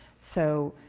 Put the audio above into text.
so